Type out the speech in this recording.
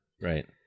Right